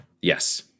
Yes